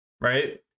Right